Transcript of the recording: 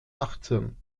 achtzehn